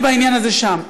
אני בעניין הזה שם.